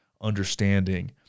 understanding